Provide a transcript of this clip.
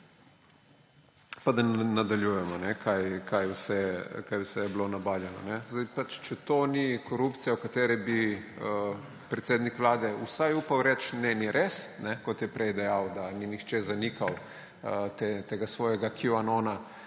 Pa da ne nadaljujemo, kaj vse je bilo nabavljeno. Zdaj, če to ni korupcija, o kateri bi predsednik Vlade vsaj upal reči, ne, ni res, kot je prej dejal, da ni nihče zanikal tega svojega QAnona,